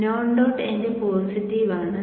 non dot end positive ആണ്